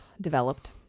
developed